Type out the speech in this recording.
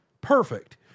perfect